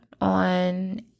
on